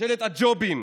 ממשלת הג'ובים,